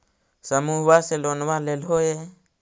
समुहवा से लोनवा लेलहो हे?